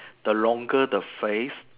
the longer the faith